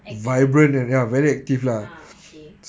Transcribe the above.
active eh ah okay